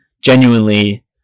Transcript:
genuinely